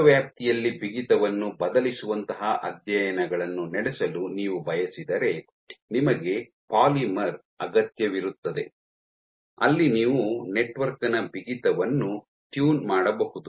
ದೊಡ್ಡ ವ್ಯಾಪ್ತಿಯಲ್ಲಿ ಬಿಗಿತವನ್ನು ಬದಲಿಸುವಂತಹ ಅಧ್ಯಯನಗಳನ್ನು ನಡೆಸಲು ನೀವು ಬಯಸಿದರೆ ನಿಮಗೆ ಪಾಲಿಮರ್ ಅಗತ್ಯವಿರುತ್ತದೆ ಅಲ್ಲಿ ನೀವು ನೆಟ್ವರ್ಕ್ ನ ಬಿಗಿತವನ್ನು ಟ್ಯೂನ್ ಮಾಡಬಹುದು